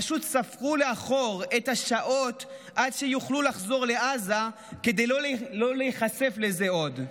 פשוט ספרו לאחור את השעות עד שיוכלו לחזור לעזה כדי לא להיחשף לזה עוד.